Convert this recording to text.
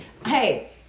Hey